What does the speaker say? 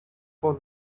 for